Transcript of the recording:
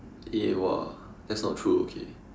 eh !wah! that's not true okay